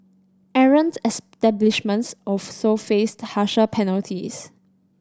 errant establishments also faced harsher penalties